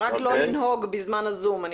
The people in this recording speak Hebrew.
לנהוג בזמן הזום.